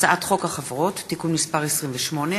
הצעת חוק החברות (תיקון מס' 28),